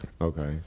Okay